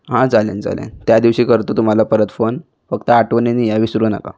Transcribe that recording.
हां चालेल चालेल त्यादिवशी करतो तुम्हाला परत फोन फक्त आठवणीनी या विसरू नका